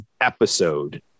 episode